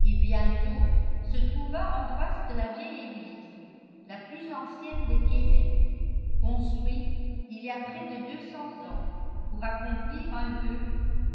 et bientôt se trouva en face de la vieille église la plus ancienne de québec construite il y a près de deux cents ans pour accomplir un vœu